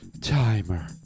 Timer